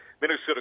Minnesota